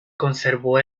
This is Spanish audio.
conservó